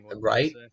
Right